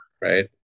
Right